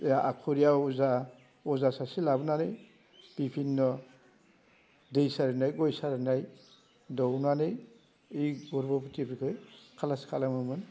ओइ आखुरिया अजा अजा सासे लाबोनानै बिभिन्न दै सारनाय गय सारनाय दौनानै ओइ गरबभथिफोरखौ खालास खालामोमोन